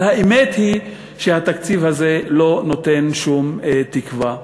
אבל האמת היא שהתקציב הזה לא נותן שום תקווה.